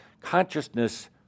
Consciousness